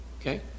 Okay